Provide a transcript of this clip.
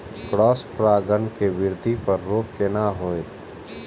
Cross परागण के वृद्धि पर रोक केना होयत?